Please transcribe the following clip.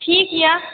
ठीक यऽ